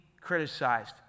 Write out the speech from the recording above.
criticized